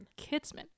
Kitsman